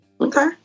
Okay